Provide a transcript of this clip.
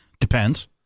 Depends